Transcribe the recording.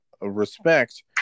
respect